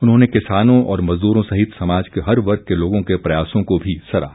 उन्होंने किसानों और मजदूरों सहित समाज के हर वर्ग के लोगों के प्रयासों को भी सराहा